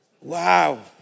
Wow